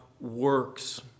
works